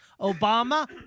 Obama